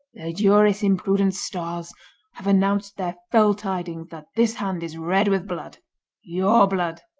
the juris-imprudent stars have announced their fell tidings that this hand is red with blood your blood.